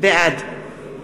בעד